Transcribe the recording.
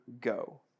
go